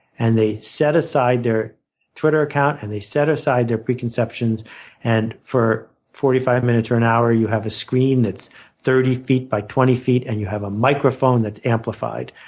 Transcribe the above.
and they set aside their twitter account, and they set aside their preconceptions and for forty five minutes or an hour, you have a screen that's thirty feet by twenty feet and you have a microphone that's amplified.